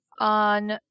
On